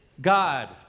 god